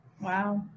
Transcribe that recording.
Wow